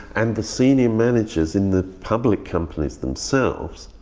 and the senior managers in the public companies themselves.